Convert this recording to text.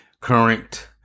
current